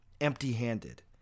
empty-handed